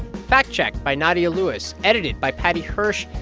fact-checked by nadia lewis, edited by paddy hirsch.